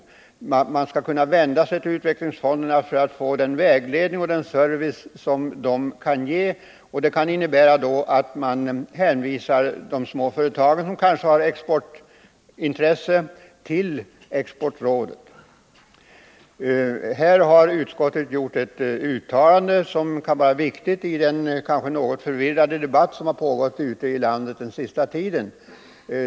Företagen skall kunna vända sig till utvecklingsfonderna för att få den vägledning och service som dessa kan ge, vilket exempelvis kan innebära att mindre företag som har ett exportintresse hänvisas till Exportrådet. I detta sammanhang vill jag peka på ett uttalande av utskottet som kan ha betydelse för den något förvirrade debatt som pågått ute i landet under den senaste tiden.